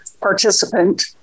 participant